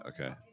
Okay